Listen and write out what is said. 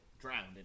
Drowned